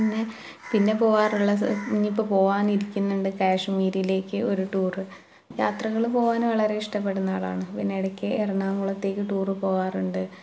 പിന്നെ പോകാറുള്ള ഇനിപ്പം പോകാനിരിക്കുന്നുണ്ട് കാശ്മീരിലേക്ക് ഒരു ടൂറ് യാത്രകൾ പോവാൻ വളരെ ഇഷ്ടപ്പെടുന്ന ആളാണ് പിന്നെ ഇടക്ക് എറണാകുളത്തേക്ക് ടൂറു പോവാറുണ്ട്